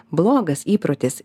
blogas įprotis